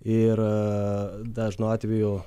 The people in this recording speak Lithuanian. ir dažnu atveju